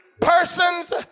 persons